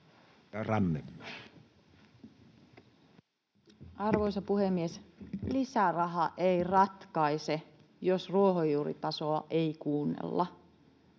Arvoisa puhemies! Lisäraha ei ratkaise, jos ruohonjuuritasoa ei kuunnella.